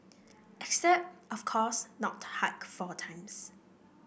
except of course not hike four times